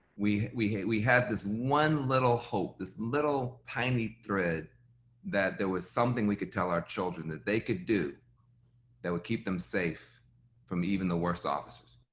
we we had this one little hope, this little tiny thread that there was something we could tell our children that they could do that would keep them safe from even the worst officers.